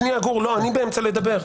גור, שנייה, אני באמצע הדברים.